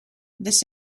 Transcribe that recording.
this